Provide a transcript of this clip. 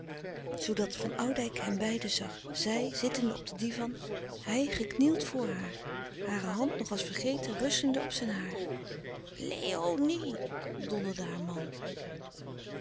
van oudijck henbeiden zag zij zittende op den divan hij geknield voor haar hare hand nog als vergeten rustende op zijn haar louis couperus de stille kracht léonie donderde haar man